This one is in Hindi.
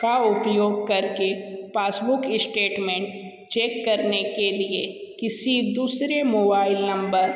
का उपयोग करके पासबुक स्टेटमेंट चेक करने के लिए किसी दूसरे मोबाइल नंबर